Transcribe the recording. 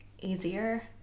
easier